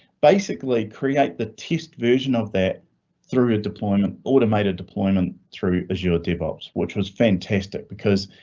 basically, create the test version of that through a deployment automated deployment through azure devops, which was fantastic because.